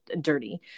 dirty